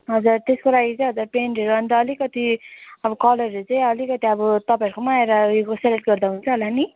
हजुर त्यसको लागि चाहिँ पेन्टहरू अन्त अलिकति अब कलरहरू चाहिँ अलिकति अब तपाईँहरूकोमा आएर उयो सेलेक्ट गर्दा हुन्छ होला नि